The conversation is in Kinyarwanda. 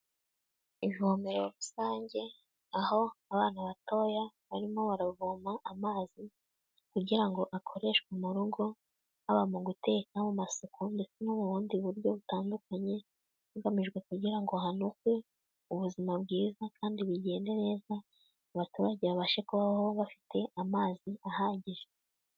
Ivomero rusange aho abana batoya barimo baravoma amazi kugirango akoreshwe mu rugo, haba mu guteka, mu masako ndetse no mu bundi buryo butandukanye, hagamijwe kugira ngo hanozwe ubuzima bwiza kandi bugende neza, abaturage babashe kubaho bafite amazi ahagije.